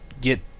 get